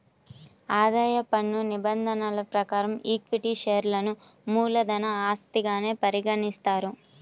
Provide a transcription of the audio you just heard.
ఆదాయ పన్ను నిబంధనల ప్రకారం ఈక్విటీ షేర్లను మూలధన ఆస్తిగానే పరిగణిస్తారు